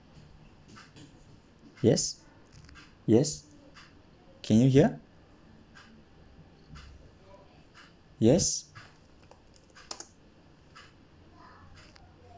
yes yes can you hear yes